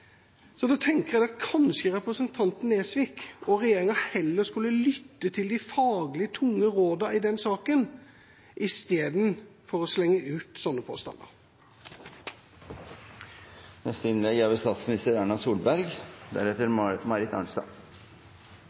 Da tenker jeg at kanskje representanten Nesvik og regjeringa heller skulle lytte til de faglig tunge rådene i den saken, istedenfor å slenge ut slike påstander. I sånne debatter er